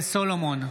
משה סולומון,